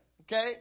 Okay